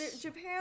japan